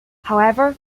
however